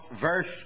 verse